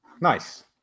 Nice